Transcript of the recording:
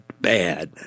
bad